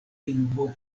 lingvo